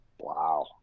Wow